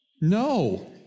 No